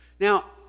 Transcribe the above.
Now